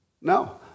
No